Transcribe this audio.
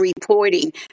reporting